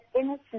innocent